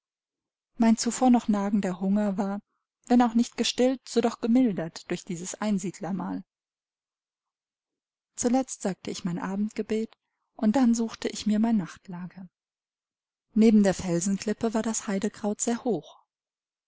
mein zuvor noch nagender hunger war wenn auch nicht gestillt so doch gemildert durch dieses einsiedlermahl zuletzt sagte ich mein abendgebet und dann suchte ich mir mein nachtlager neben der felsenklippe war das haidekraut sehr hoch